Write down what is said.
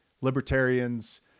Libertarians